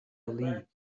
relieved